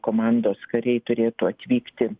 komandos kariai turėtų atvykti